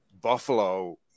Buffalo